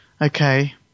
Okay